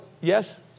Yes